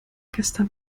gestern